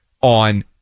on